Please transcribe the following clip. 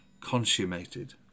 consummated